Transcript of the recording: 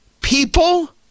people